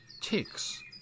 ticks